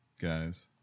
guys